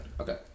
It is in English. Okay